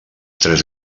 tres